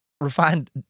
refined